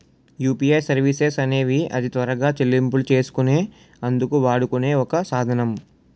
UPI services అనేవి అతి త్వరగా చెల్లింపులు చేసుకునే అందుకు వాడుకునే ఒక సాధనం